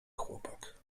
chłopak